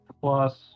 plus